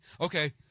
okay